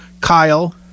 Kyle